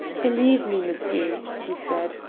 believe me, monsieur, he said,